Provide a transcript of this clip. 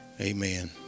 Amen